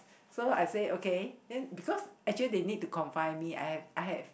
so I say okay then first actually they need to confine me I have I have